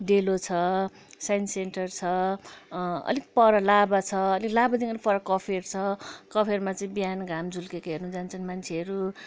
डेलो छ science centre छ अलिक पर लाभा छ लाभादेखि अलिक पर कफेर छ कफेरमा चाहिँ बिहान घाम झुल्केको हेर्नु जान्छन् मान्छेहरू